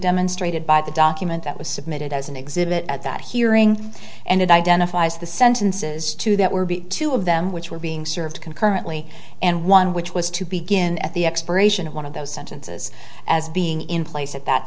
demonstrated by the document that was submitted as an exhibit at that hearing and it identifies the sentences two that were b two of them which were being served concurrently and one which was to begin at the expiration of one of those sentences as being in place at that